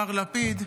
מר לפיד,